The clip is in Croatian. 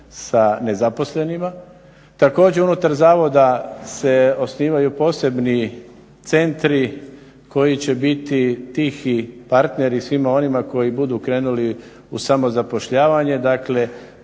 sa nezaposlenima. Također, unutar zavoda se osnivaju posebni centri koji će biti tihi partneri svima onima koji budu krenuli u samozapošljavanje. Dakle,